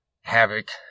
Havoc